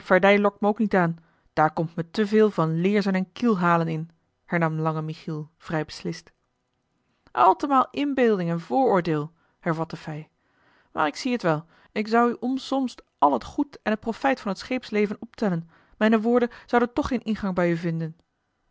ook niet aan daar komt me te veel van leerzen en kielhalen hernam lange michiel vrij beslist altemaal inbeelding en vooroordeel hervatte fij maar ik zie t wel ik zou u omsonst al het goed en t profijt van het scheepsleven optellen mijne woorden zouden toch geen ingang bij u vinden